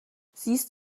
siehst